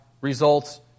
results